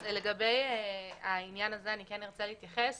לגבי העניין הזה אני כן ארצה להתייחס,